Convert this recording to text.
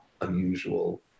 unusual